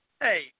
Hey